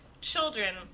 children